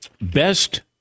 Best